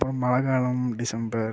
அப்புறம் மழைக்காலம் டிசம்பர்